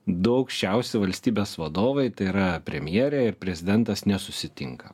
du aukščiausi valstybės vadovai tai yra premjerė ir prezidentas nesusitinka